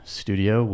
studio